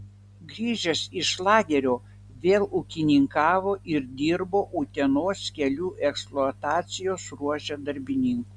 grįžęs iš lagerio vėl ūkininkavo ir dirbo utenos kelių eksploatacijos ruože darbininku